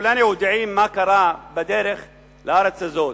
כולנו יודעים מה קרה בדרך לארץ הזאת.